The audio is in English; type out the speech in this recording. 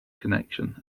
connection